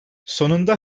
sonunda